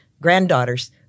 granddaughters